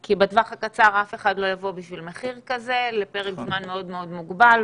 כי בטווח הקצר אף אחד לא יבוא בשביל מחיר כזה לפרק זמן מאוד מאוד מוגבל,